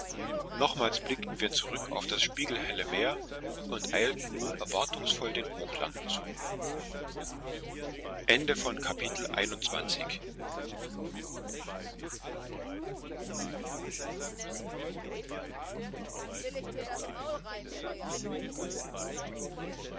nochmals blickten wir zurück auf das spiegelhelle meer und eilten nun erwartungsvoll den hochlanden zu